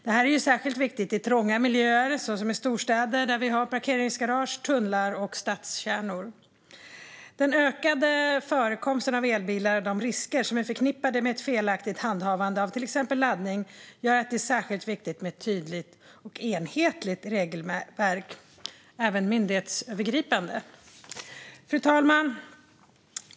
Detta är särskilt viktigt i trånga miljöer, som i storstäder där vi har parkeringsgarage, tunnlar och stadskärnor. Den ökande förekomsten av elbilar och de risker som är förknippade med ett felaktigt handhavande av till exempel laddning gör att det är särskilt viktigt med ett tydligt, enhetligt och även myndighetsövergripande regelverk. Fru talman!